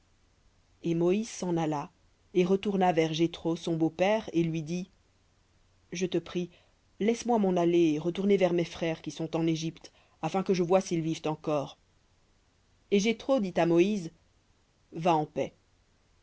et moïse s'en alla et retourna vers jéthro son beau-père et lui dit je te prie laisse-moi m'en aller et retourner vers mes frères qui sont en égypte afin que je voie s'ils vivent encore et jéthro dit à moïse va en paix